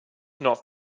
not